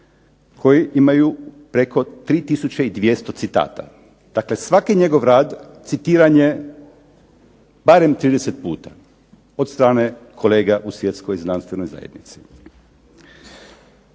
koji imaju preko 3200 citata, dakle svaki njegov rad citiran je barem 30 puta od strane kolega u Svjetskoj znanstvenoj zajednici.